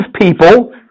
people